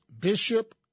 Bishop